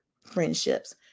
friendships